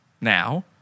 now